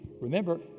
Remember